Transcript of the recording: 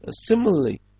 Similarly